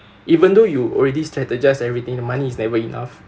even though you already strategise everything the money is never enough